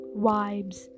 vibes